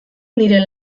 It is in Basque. nire